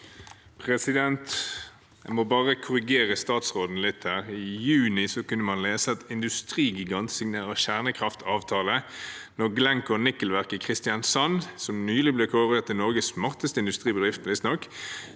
Jeg må bare korrigere statsråden litt. I juni kunne man lese: «Industrigigant signerer kjernekraftavtale», da Glencore Nikkelverk i Kristiansand, som nylig ble kåret til Norges smarteste industribedrift,